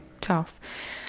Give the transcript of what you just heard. tough